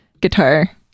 guitar